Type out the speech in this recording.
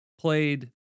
played